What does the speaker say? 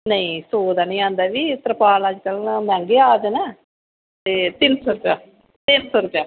नेईं सौ दा निं आंदा तिरपाल अज्जकल मैहंगे आंदे तीन सौ रपेआ तीन सौ रपेआ